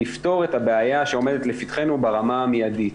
לפתור את הבעיה שעומדת לפתחנו ברמה המיידית.